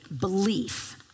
belief